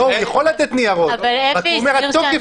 הוא יכול לתת ניירות אבל הוא אומר שהתוקף